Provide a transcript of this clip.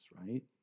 right